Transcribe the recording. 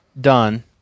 done